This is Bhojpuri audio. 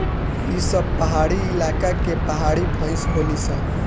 ई सब पहाड़ी इलाका के पहाड़ी भईस होली सन